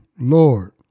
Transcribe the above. Lord